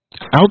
out